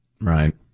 Right